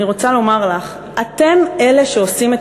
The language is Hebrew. אני רוצה לומר לך: אתם אלה שעושים את